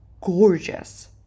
gorgeous